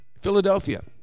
Philadelphia